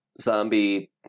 zombie